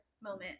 moment